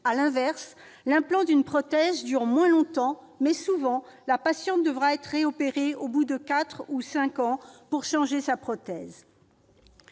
À l'inverse, l'implant d'une prothèse dure moins longtemps, mais, souvent, la patiente devra être réopérée au bout de quatre ou cinq ans pour changer sa prothèse.